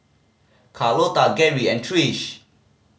Carlota Geri and Trish